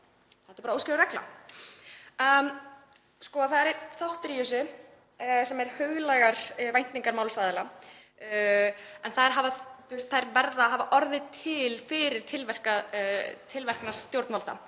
Þetta er bara óskrifuð regla. Það er einn þáttur í þessu sem eru huglægar væntingar málsaðila en þær verða að hafa orðið til fyrir tilverknað stjórnvalda,